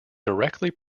directly